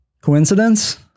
Coincidence